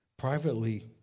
Privately